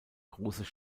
großes